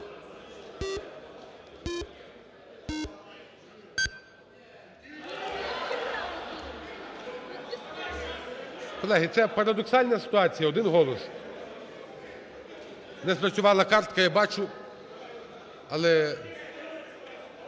Колеги, це парадоксальна ситуація – один голос. Не спрацювала картка, я бачу. Але,